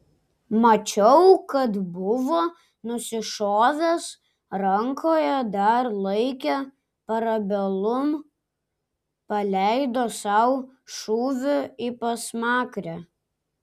mačiau kad buvo nusišovęs rankoje dar laikė parabellum paleido sau šūvį į pasmakrę